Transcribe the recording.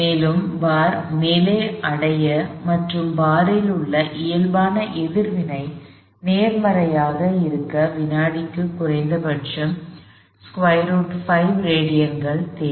மேலும் பார் மேலே அடைய மற்றும் பாரில் உள்ள இயல்பான எதிர்வினை நேர்மறையாக இருக்க வினாடிக்கு குறைந்தபட்சம் √5 ரேடியன்கள் தேவை